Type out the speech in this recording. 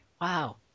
wow